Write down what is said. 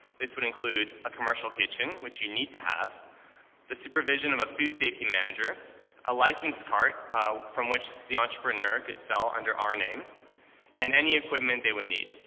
this would include a commercial kitchen, which you need to have the supervision of a food-safety manager a licensed cart from which the entrepreneur could sell under our name and any equipment they would need.